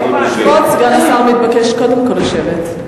כבוד סגן השר מתבקש קודם כול לשבת.